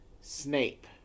Snape